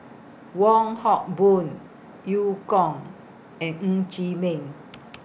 Wong Hock Boon EU Kong and Ng Chee Meng